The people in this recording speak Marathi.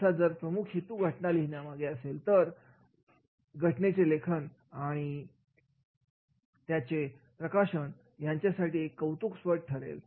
असा जर प्रमुख हेतू घटना लिहिण्यामागे असेल तर घटनेचे लेखण आणि त्याचे प्रकाशन आपल्यासाठी लाभदायीठरेल